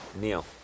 Neil